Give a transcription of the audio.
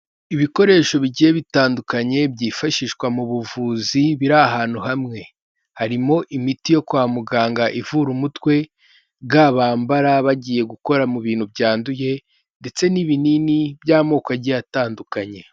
Ibikoresho bigiye bitandukanye byifashishwa mu buvuzi biri ahantu hamwe, harimo imiti yo kwa muganga ivura umutwe, ga bambara bagiye gukora mu bintu byanduye, ndetse n'ibinini by'amoko agiye atandukanye.